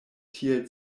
tiel